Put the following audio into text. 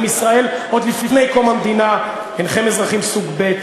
ישראל עוד לפני קום המדינה: אינכם אזרחים סוג ב',